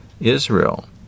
Israel